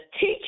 teach